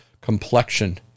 complexion